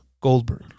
Goldberg